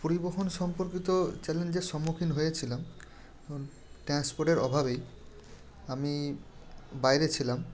পরিবহন সম্পর্কিত চ্যালেঞ্জের সম্মুখীন হয়েছিলাম ট্রান্সপোর্টের অভাবেই আমি বাইরে ছিলাম